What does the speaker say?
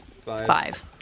Five